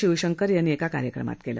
शिवशंकर यांनी एका कार्यक्रमात केलं